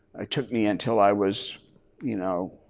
it took me until i was you know